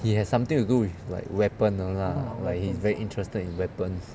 it has something to do with like weapon 的 lah like he's very interested in weapons